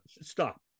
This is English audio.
Stop